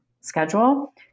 schedule